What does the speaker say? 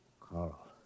Carl